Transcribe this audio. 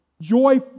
joy